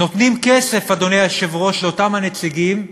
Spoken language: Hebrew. נותנים כסף, אדוני היושב-ראש, לאותם הנציגים,